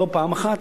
לא פעם אחת,